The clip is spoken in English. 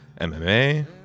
MMA